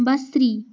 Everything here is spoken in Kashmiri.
بصری